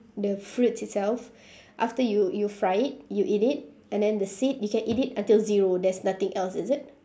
the fruit itself after you you fry it you eat it and then the seed you can eat it until zero there's nothing else is it